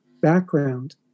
background